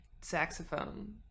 saxophone